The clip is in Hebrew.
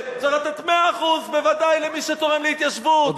צריך לתת 100% בוודאי למי שתורם להתיישבות,